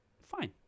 fine